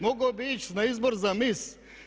Mogao bi ić na izbor za miss.